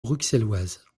bruxelloise